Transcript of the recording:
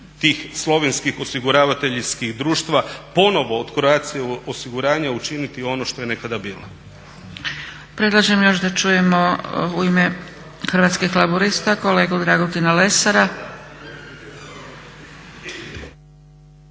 tih slovenskih osiguravateljskih društava, ponovo od Croatia osiguranja učiniti ono što je nekada bilo. **Zgrebec, Dragica (SDP)** Predlažem još da čujemo u ime Hrvatskih laburista kolegu Dragutina Lesara.